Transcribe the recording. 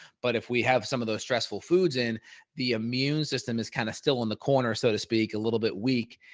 but if we have some of those stressful foods and the immune system is kind of still and in corner, so to speak a little bit weak,